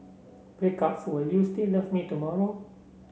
breakups will you still love me tomorrow